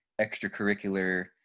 extracurricular